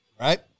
Right